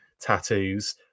tattoos